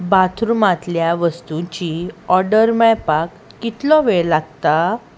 बाथरुमांतल्या वस्तूंची ऑर्डर मेळपाक कितलो वेळ लागता